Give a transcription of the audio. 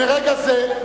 מרגע זה,